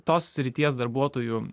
tos srities darbuotojų